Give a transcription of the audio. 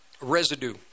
residue